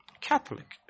Catholic